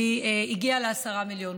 והיא הגיעה ל-10 מיליון.